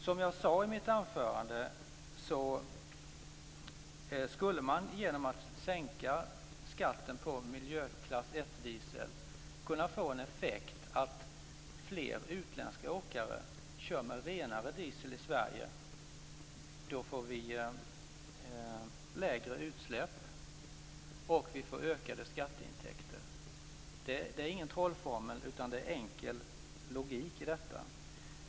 Som jag sade i mitt anförande skulle man genom att sänka skatten på miljöklass 1-diesel kunna få effekten att flera utländska åkare skulle köra med renare diesel i Sverige. Då skulle vi få lägre utsläpp och ökade skatteintäkter. Det är ingen trollformel, utan det är enkel logik.